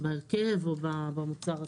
בהרכב או במוצר עצמו.